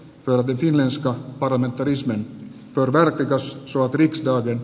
robertin liuska parlamentarismi torrijos sua prix joiden